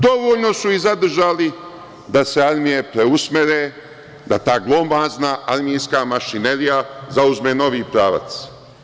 Dovoljno su ih zadržali da se armije preusmere, da ta glomazna armijska mašinerija zauzme novi pravac.